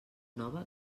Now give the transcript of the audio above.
nova